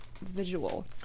visual